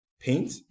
Paint